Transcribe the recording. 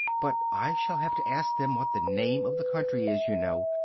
but i shall have to ask them what the name of the country is, you know.